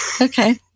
okay